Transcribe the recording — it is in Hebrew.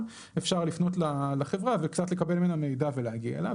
אפשר לפנות לחברה ולקבל ממנה קצת מידע ולהגיע אליו,